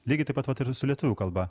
lygiai taip pat vat ir su lietuvių kalba